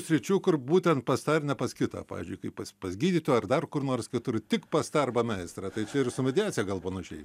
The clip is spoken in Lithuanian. sričių kur būtent pas tą ir ne pas kitą pavyzdžiui kaip pas gydytoją ar dar kur nors kitur tik pas tą arba meistrą tai čia ir su mediacija gal panašiai